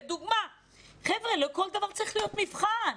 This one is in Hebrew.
לא כל דבר צריך להיות מבחן,